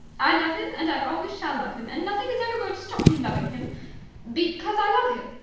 i love him, and i always shall love him, and nothing is ever going to stop me loving him because i love him,